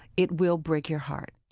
it will break your heart